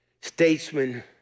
statesman